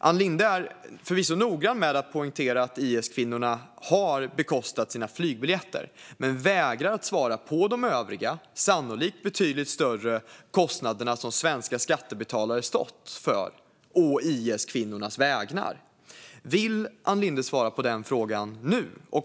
Ann Linde är förvisso noggrann med att poängtera att IS-kvinnorna har bekostat sina flygbiljetter men vägrar att svara på frågan om de övriga, sannolikt betydligt större kostnader som svenska skattebetalare stått för å IS-kvinnornas vägnar. Vill Ann Linde svara på den frågan nu?